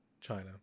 China